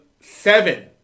seven